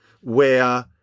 where-